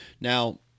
Now